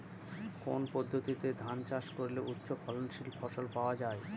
কোন পদ্ধতিতে ধান চাষ করলে উচ্চফলনশীল ফসল পাওয়া সম্ভব?